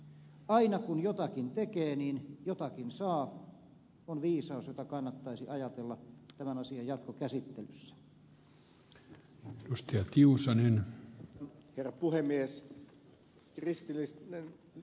aina kun jotakin tekee niin jotakin saa on viisaus jota kannattaisi ajatella tämän asian jatkokäsittelyssä